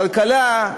כלכלה,